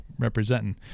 Representing